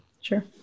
sure